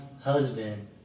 Husband